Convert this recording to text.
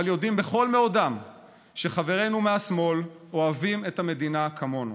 אבל יודעים בכל מאודם שחברינו מהשמאל אוהבים את המדינה כמונו.